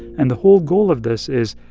and the whole goal of this is,